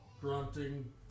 grunting